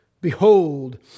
Behold